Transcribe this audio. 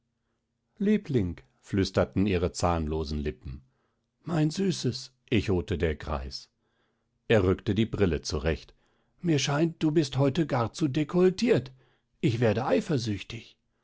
liebling flüsterten ihre zahnlosen lippen mein süßes echote der greis er rückte die brille zurecht mir scheint du bist heute gar zu dekolletiert ich werde eifersüchtig